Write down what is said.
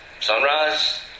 Sunrise